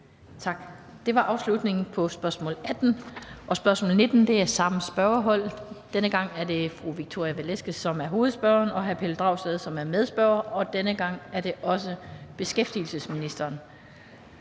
Tak. Det var afslutningen på spørgsmål nr. 18. Spørgsmål nr. 19 har samme spørgehold, men denne gang er det fru Victoria Velasquez, som er hovedspørgeren, og hr. Pelle Dragsted, som er medspørger, og det er også denne gang til beskæftigelsesministeren.